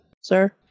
Sir